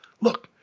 Look